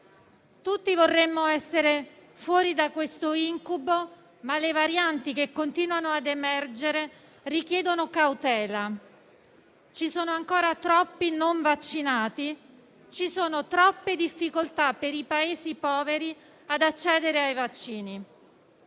Tutti vorremmo essere fuori da quest'incubo, ma le varianti che continuano a emergere richiedono cautela. Ci sono ancora troppi non vaccinati, ci sono troppe difficoltà per i Paesi poveri ad accedere ai vaccini.